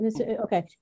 Okay